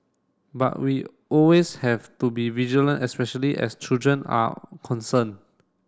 but we always have to be vigilant especially as children are concerned